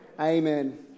Amen